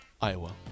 Iowa